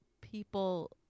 people